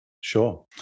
Sure